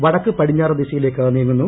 വടക്കു പടിഞ്ഞാറ് ദിശയിലേക്ക് നീങ്ങുന്നു